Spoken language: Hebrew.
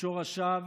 לשורשיו